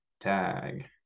Tag